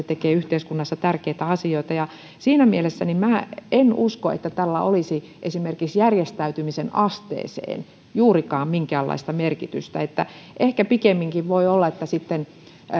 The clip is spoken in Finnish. tekee yhteiskunnassa tärkeitä asioita siinä mielessä minä en usko että tällä olisi esimerkiksi järjestäytymisen asteeseen juurikaan minkäänlaista merkitystä ehkä pikemminkin voi olla että olisi sitten